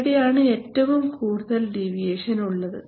ഇവിടെയാണ് ഏറ്റവും കൂടുതൽ ഡീവിയേഷൻ ഉള്ളത്